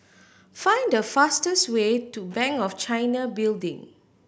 find the fastest way to Bank of China Building